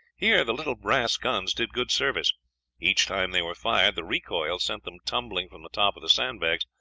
here the little brass guns did good service each time they were fired the recoil sent them tumbling from the top of the sandbags,